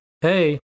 hey